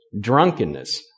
drunkenness